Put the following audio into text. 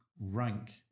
rank